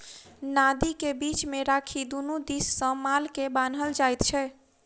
नादि के बीच मे राखि दुनू दिस सॅ माल के बान्हल जाइत छै